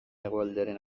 hegoaldearen